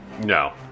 No